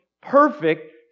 perfect